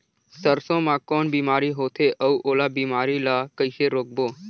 सरसो मा कौन बीमारी होथे अउ ओला बीमारी ला कइसे रोकबो?